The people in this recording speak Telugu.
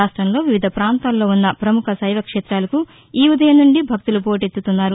రాష్ట్రంలో వివిధ ప్రాంతాల్లో వున్న పముఖ శైవ క్షేతాలకు ఈ ఉదయం నుండి భక్తులు పోటెత్తుతున్నారు